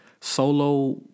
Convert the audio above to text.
Solo